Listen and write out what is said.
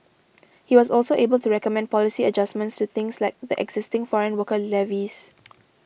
he was also able to recommend policy adjustments to things like the existing foreign worker levies